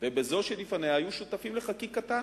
ובזו שלפניה היו שותפים לחקיקתם,